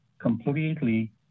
Completely